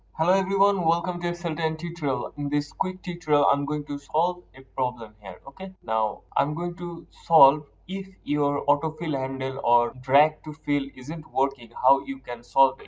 hello everyone. welcome to excel ten tutorial. in this quick tutorial i'm going to solve a problem. ok? now i'm going to solve if your auto-fill handle or drag to fill isn't working how you can solve it.